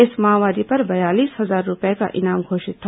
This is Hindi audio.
इस माओवादी पर बयालीस हजार रूपये का इनाम घोषित था